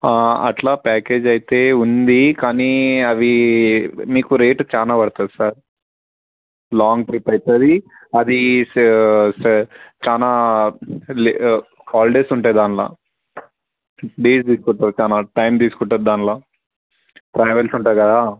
అట్లా ప్యాకేజ్ అయితే ఉంది కానీ అవి మీకు రేటు చాలా పడుతుంది సార్ లాంగ్ ట్రిప్ అవుతుంది అది చాలా లే హాలిడేస్ ఉంటాయి దాంట్లో లీవ్ తీసుకుంటుంది చాలా టైం తీసుకుంటుంది దాంట్లో ట్రావెల్స్ ఉంటుంది కదా